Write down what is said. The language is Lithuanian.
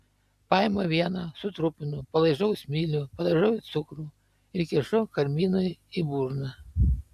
paimu vieną sutrupinu palaižau smilių padažau į cukrų ir kišu karminui į burną